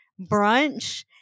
brunch